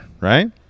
right